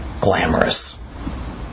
glamorous